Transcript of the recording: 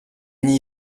n’y